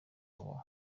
waba